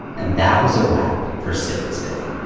and that was a wrap for civics day.